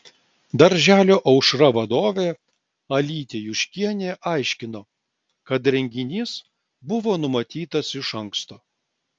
darželio aušra vadovė alytė juškienė aiškino kad renginys buvo numatytas iš anksto